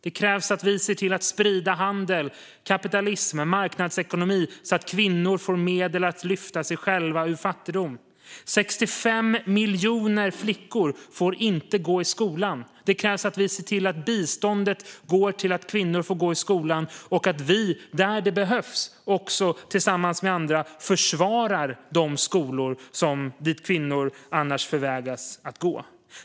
Det krävs att vi ser till att sprida handel, kapitalism och marknadsekonomi så att kvinnor får medel att lyfta sig själva ur fattigdom. 65 miljoner flickor får inte gå i skolan. Det krävs att vi ser till att biståndet går till att kvinnor får gå i skolan och att vi, där det behövs, tillsammans med andra försvarar de skolor dit kvinnor annars förvägras gå.